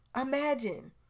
Imagine